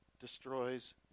destroys